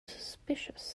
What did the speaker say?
suspicious